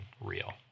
real